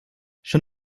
schon